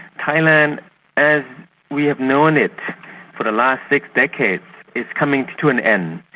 thailand as we have known it for the last six decades is coming to an end.